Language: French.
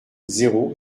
zéro